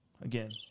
Again